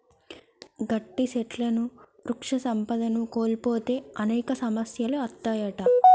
గట్టి సెట్లుని వృక్ష సంపదను కోల్పోతే అనేక సమస్యలు అత్తాయంట